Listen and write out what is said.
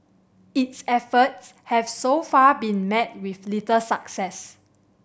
its efforts have so far been met with little success